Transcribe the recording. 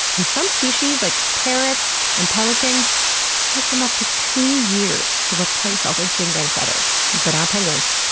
and some species, like parrots and pelicans, it can take them up to two years to replace all those ding dang feathers. but not penguins.